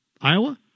Iowa